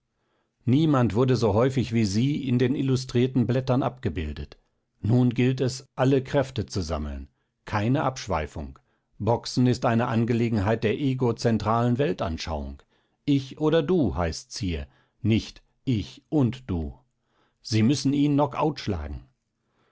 niemand wurde so häufig wie sie in den illustrierten blättern abgebildet nun gilt es alle kräfte zu sammeln keine abschweifung boxen ist einen angelegenheit der egozentralen weltanschauung ich oder du heißt's hier nicht ich und du sie müssen ihn knock out schlagen